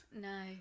No